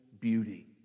beauty